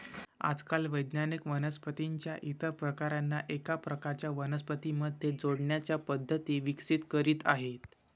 आजकाल वैज्ञानिक वनस्पतीं च्या इतर प्रकारांना एका प्रकारच्या वनस्पतीं मध्ये जोडण्याच्या पद्धती विकसित करीत आहेत